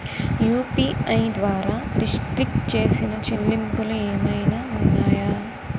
UPI ద్వారా restrict చేసిన చెల్లింపులు ఏమైనా ఉన్నాయా?